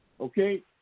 okay